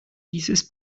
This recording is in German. dieses